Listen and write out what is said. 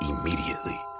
immediately